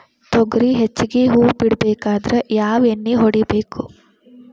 ತೊಗರಿ ಹೆಚ್ಚಿಗಿ ಹೂವ ಬಿಡಬೇಕಾದ್ರ ಯಾವ ಎಣ್ಣಿ ಹೊಡಿಬೇಕು?